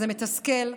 זה מתסכל,